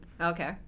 Okay